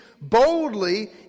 boldly